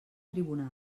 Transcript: tribunal